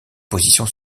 positions